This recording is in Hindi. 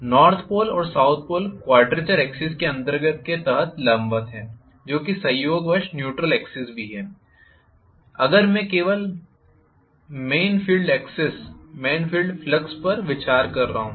नॉर्थ पोल् और साउथ पोल क्वाड्रेचर एक्सिस के अंतर्गत के तहत लंबवत है जो कि संयोगवश न्यूट्रल एक्सिस भी है अगर मैं केवल मेन फील्ड फ्लक्स पर विचार कर रहा हूं